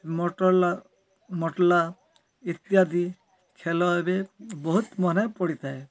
ମଟୋଲା ମଟଲା ଇତ୍ୟାଦି ଖେଲ ଏବେ ବହୁତ ମନେ ପଡ଼ିଥାଏ